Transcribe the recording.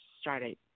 started